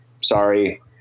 sorry